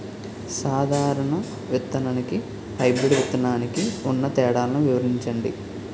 సాధారణ విత్తననికి, హైబ్రిడ్ విత్తనానికి ఉన్న తేడాలను వివరించండి?